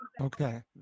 Okay